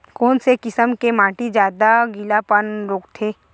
कोन से किसम के माटी ज्यादा गीलापन रोकथे?